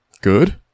good